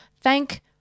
Thank